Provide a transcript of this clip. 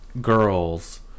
girls